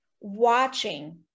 watching